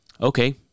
okay